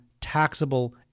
taxable